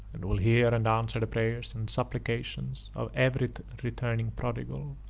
and will hear and answer the prayers and supplications of every returning prodigal